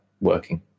working